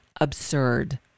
absurd